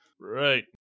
Right